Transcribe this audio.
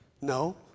No